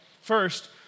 First